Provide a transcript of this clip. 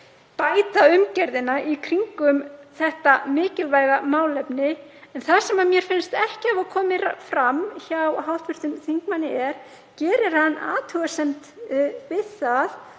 bæta umgjörðina í kringum þetta mikilvæga málefni. En það sem mér finnst ekki hafa komið fram hjá hv. þingmanni er: Gerir hann athugasemd við að